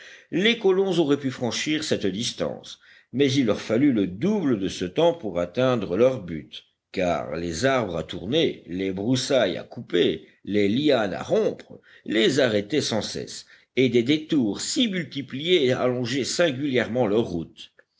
les colons auraient pu franchir cette distance mais il leur fallut le double de ce temps pour atteindre leur but car les arbres à tourner les broussailles à couper les lianes à rompre les arrêtaient sans cesse et des détours si multipliés allongeaient singulièrement leur route